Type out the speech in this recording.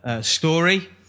Story